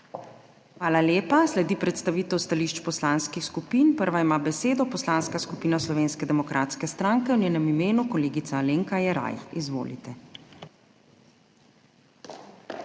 Hvala lepa. Sledi predstavitev stališč poslanskih skupin. Prva ima besedo Poslanska skupina Slovenske demokratske stranke, v njenem imenu kolegica Alenka Jeraj. Izvolite.